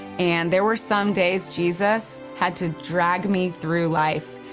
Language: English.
and there were some days jesus had to drag me through life,